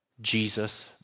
Jesus